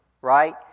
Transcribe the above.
right